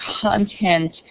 content